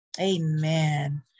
Amen